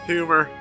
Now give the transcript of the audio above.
Humor